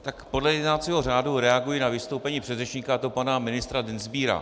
Tak podle jednacího řádu reaguji na vystoupení předřečníka, a to pana ministra Dienstbiera.